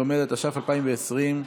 אין נמנעים.